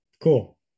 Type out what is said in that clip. cool